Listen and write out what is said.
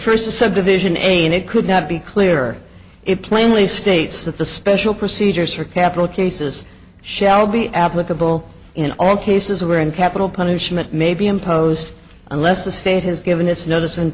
first subdivision a and it could not be clearer it plainly states that the special procedures for capital cases shall be applicable in all cases where in capital punishment may be imposed unless the state has given its notice